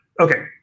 okay